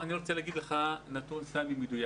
אני רוצה לתת לך נתון מדויק.